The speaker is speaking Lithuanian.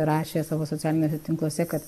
rašė savo socialiniuose tinkluose kad